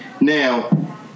Now